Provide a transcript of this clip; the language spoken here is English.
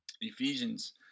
Ephesians